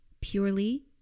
purely